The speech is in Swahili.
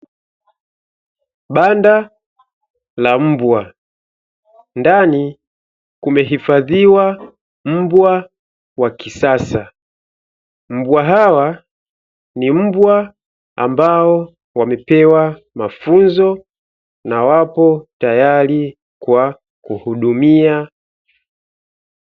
Banda la mbwa, ndani kumehifadhiwa mbwa wa kisasa. Mbwa hawa ni mbwa ambao wamepewa mafunzo na wapo tayari kwa kuhudumia.